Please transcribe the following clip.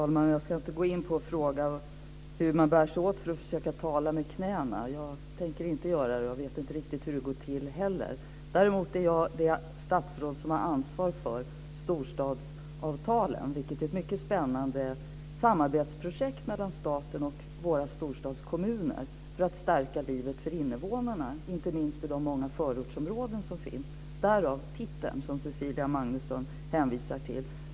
Fru talman! Jag ska inte fråga hur man bär sig åt för att trolla med knäna. Jag tänker inte göra det och vet heller inte riktigt hur det går till. Däremot är jag det statsråd som har ansvar för storstadsavtalen, vilket är ett mycket spännnade samarbetsprojekt mellan staten och våra storstadskommuner för att stärka livet för innevånarna inte minst i de många förortsområden som finns. Därav titeln som Cecilia Magnusson hänvisar till.